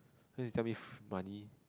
cause you tell me money